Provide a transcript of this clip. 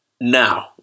Now